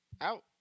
Out